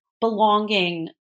belonging